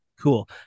cool